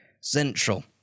Central